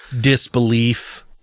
disbelief